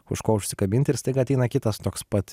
už ko užsikabint ir staiga ateina kitas toks pat